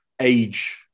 age